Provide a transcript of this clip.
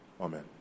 Amen